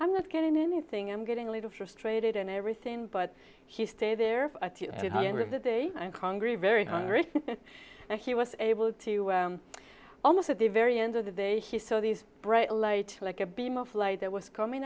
i'm not getting anything i'm getting a little frustrated and everything but he stay there for the day and congress very hungry and he was able to almost at the very end of the day he saw these bright light like a beam of light that was coming